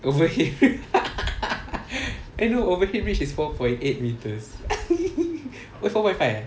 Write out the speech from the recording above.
overhead eh no overhead bridge is four point eight metres oh four point five ah